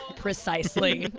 precisely,